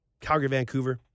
Calgary-Vancouver